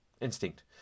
instinct